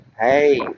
hey